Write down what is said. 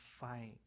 fight